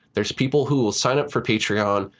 there's people who will sign up for patreon,